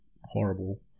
horrible